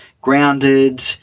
grounded